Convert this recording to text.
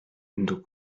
nos